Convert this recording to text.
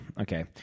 Okay